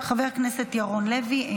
חבר הכנסת ירון לוי,